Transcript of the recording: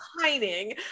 pining